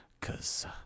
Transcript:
Cause